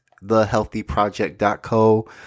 thehealthyproject.co